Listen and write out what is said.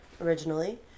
originally